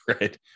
Right